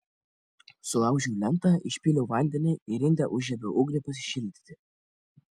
sulaužiau lentą išpyliau vandenį ir inde užžiebiau ugnį pasišildyti